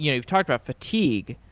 you know we've talked about fatigue.